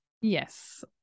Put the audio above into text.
Yes